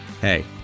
hey